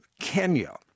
Kenya